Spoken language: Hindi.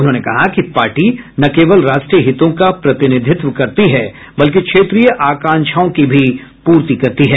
उन्होंने कहा कि पार्टी न केवल राष्ट्रीय हितों का प्रतिनिधित्व करती है बल्कि क्षेत्रीय आकांक्षाओं की भी पूर्ति करती है